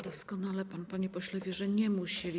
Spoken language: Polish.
Doskonale pan, panie pośle, wie, że nie musieli.